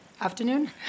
afternoon